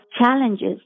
challenges